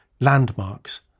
landmarks